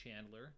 Chandler